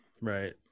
right